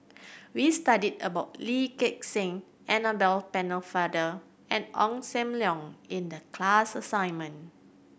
we studied about Lee Gek Seng Annabel Pennefather and Ong Sam Leong in the class assignment